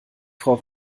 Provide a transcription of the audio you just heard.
frau